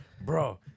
bro